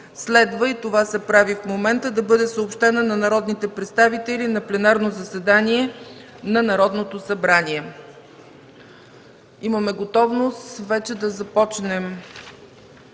следва – и това се прави в момента – да бъде съобщена на народните представители на пленарно заседание на Народното събрание. Имаме готовност вече да започнем